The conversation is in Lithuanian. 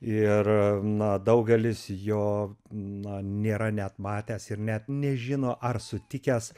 ir a na daugelis jo na nėra net matęs ir net nežino ar sutikęs